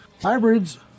Hybrids